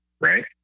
right